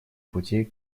путей